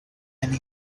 and